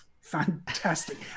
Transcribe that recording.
fantastic